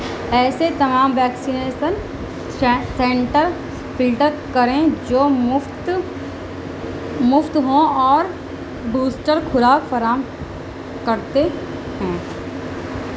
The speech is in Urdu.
ایسے تمام ویکسینیسن سنٹر فلٹر کریں جو مفت مفت ہوں اور بوسٹر خوراک فراہم کرتے ہوں